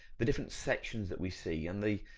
the different sections that we see and the,